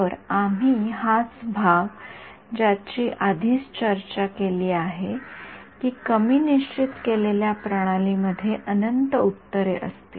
तर आम्ही हाच भाग ज्याची आम्ही आधीच चर्चा केली आहे की कमी निश्चित केलेल्या प्रणाली मध्ये अनंत उत्तरे असतील